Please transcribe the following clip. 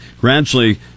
gradually